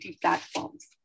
platforms